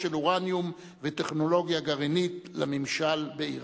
אורניום וטכנולוגיה גרעינית לממשל באירן.